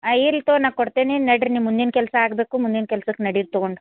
ಹಾಂ ಇರಲಿ ತಗೊ ನಾ ಕೊಡ್ತೀನಿ ನಡ್ರಿನಿ ಮುಂದಿನ ಕೆಲಸ ಆಗಬೇಕು ಮುಂದಿನ ಕೆಲ್ಸಕ್ಕೆ ನಡೀರಿ ತಗೊಂಡು